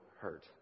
hurt